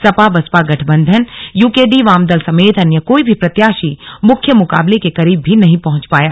सपा बसपा गठबंधन यूकेडी वामदल समेत अन्य कोई भी प्रत्याशी मुख्य मुकाबले के करीब भी नहीं पहंच पाया